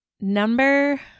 Number